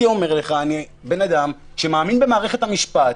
אומר לך שאני אדם שמאמין במערכת המשפט,